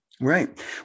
Right